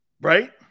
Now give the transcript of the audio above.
right